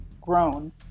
grown